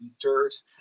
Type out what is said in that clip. dirt